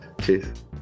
Cheers